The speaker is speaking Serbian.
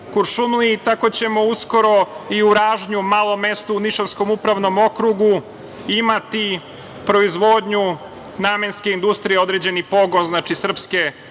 Kuršumliji, tako ćemo uskoro i u Ražnju, malom mestu u Nišavskom upravnom okrugu, imati proizvodnju namenske industrije, određeni pogon, znači, srpske